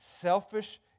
selfish